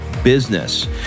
Business